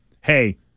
Hey